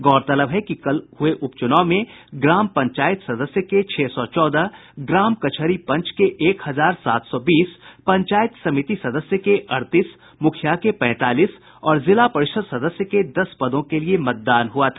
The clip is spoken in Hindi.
गौरतलब है कि कल हुए उप चुनाव में ग्राम पंचायत सदस्य के छह सौ चौदह ग्राम कचहरी पंच के एक हजार सात सौ बीस पंचायत समिति सदस्य के अड़तीस मुखिया के पैंतालीस और जिला परिषद सदस्य के दस पदों के लिये मतदान हुआ था